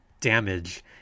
damage